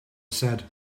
said